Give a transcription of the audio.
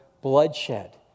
bloodshed